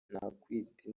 nakwita